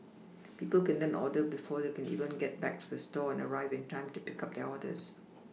people can then order before they can even get back to the store and arrive in time to pick up their orders